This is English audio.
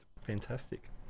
Fantastic